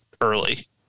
early